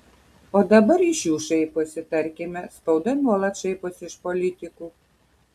o dabar iš jų šaiposi tarkime spauda nuolat šaiposi iš politikų